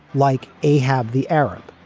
like ahab, the arab.